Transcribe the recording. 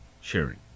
sharing